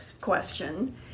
question